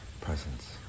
presence